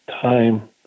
time